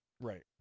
Right